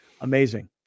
Amazing